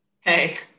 Hey